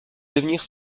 devenir